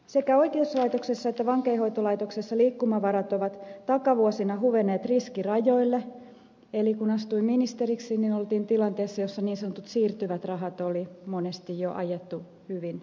sekä oikeuslaitoksessa että vankeinhoitolaitoksessa liikkumavarat ovat takavuosina huvenneet riskirajoille eli kun astuin ministeriksi oltiin tilanteessa jossa niin sanotut siirtyvät rahat oli monesti jo ajettu hyvin alhaisiksi